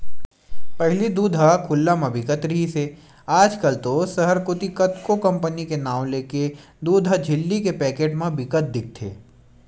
पहिली दूद ह खुल्ला म बिकत रिहिस हे आज कल तो सहर कोती कतको कंपनी के नांव लेके दूद ह झिल्ली के पैकेट म बिकत दिखथे